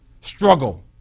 struggle